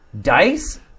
DICE